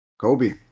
Kobe